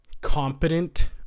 competent